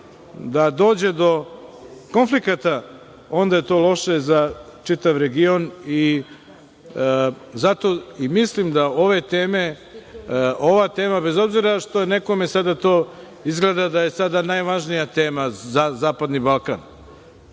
da dođe do konflikata, onda je to loše za čitav region i mislim da ova tema, bez obzira što nekome sada to izgleda kao da je sada najvažnija tema za zapadni Balkan,